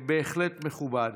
בהחלט מכובד.